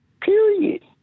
Period